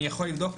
אני יכול לבדוק.